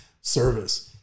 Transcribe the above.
service